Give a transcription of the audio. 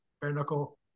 bare-knuckle